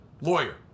Lawyer